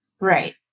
Right